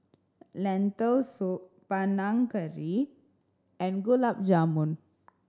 Lentil Soup Panang Curry and Gulab Jamun